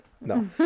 no